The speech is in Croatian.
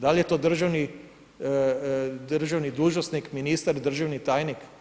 Da li je to državni dužnosnik, ministar, državni tajnik?